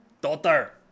daughter